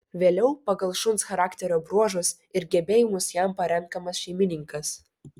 vėliau pagal šuns charakterio bruožus ir gebėjimus jam parenkamas šeimininkas